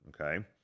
Okay